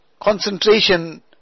concentration